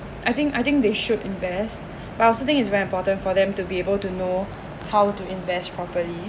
I think I think they should invest about something is very important for them to be able to know how to invest properly